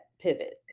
pivot